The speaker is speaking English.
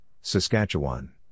Saskatchewan